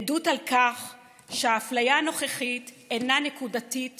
עדות על כך שהאפליה הנוכחית אינה נקודתית